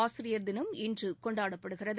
ஆசிரியர் தினம் இன்று கொண்டாடப்படுகிறது